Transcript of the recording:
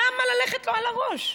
למה ללכת לו על הראש?